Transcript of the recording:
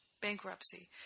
bankruptcy